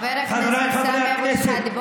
חבר הכנסת סמי אבו-שחאדה,